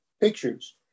pictures